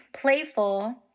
playful